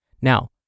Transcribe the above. Now